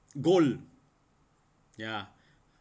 gold ya